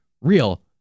real